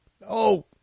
No